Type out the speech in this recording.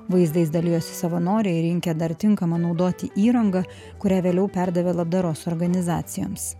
vaizdais dalijosi savanoriai rinkę dar tinkamą naudoti įrangą kurią vėliau perdavė labdaros organizacijoms